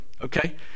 okay